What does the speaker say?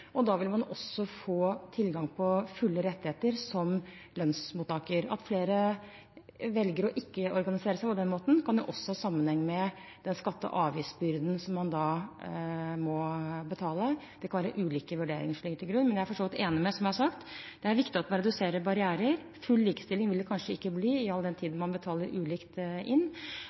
Da vil man også få tilgang på fulle rettigheter som lønnsmottaker. At flere velger ikke å organisere seg på den måten, kan ha sammenheng med den skatte- og avgiftsbyrden man da får – det kan være ulike vurderinger som ligger til grunn. Men jeg er for så vidt enig i, som jeg har sagt, at det er viktig at man reduserer barrierer. Full likestilling vil det kanskje ikke bli, all den tid man betaler ulikt inn,